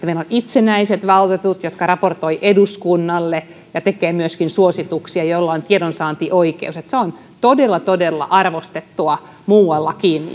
meillä on itsenäiset valtuutetut jotka raportoivat eduskunnalle ja tekevät myöskin suosituksia ja joilla on tiedonsaantioikeus se on todella todella arvostettua muuallakin